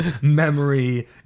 memory